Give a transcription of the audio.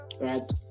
right